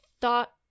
thought